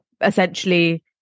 essentially